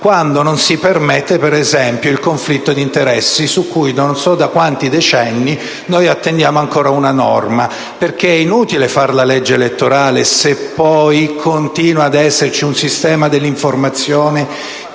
quando non si permette, ad esempio, il conflitto di interessi, su cui non so da quanti decenni noi attendiamo ancora una normativa. È infatti inutile fare la legge elettorale, se poi continua ad esserci un sistema dell'informazione